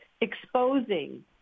exposing